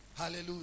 hallelujah